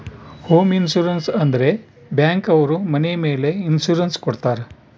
home insurance ಅಂದ್ರೆ bank ಅವ್ರು ಮನೆ ಮೇಲೆ ಇನ್ಸೂರೆನ್ಸ್ ಕೊಡ್ತಾರ